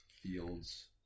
fields